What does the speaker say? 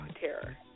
Terror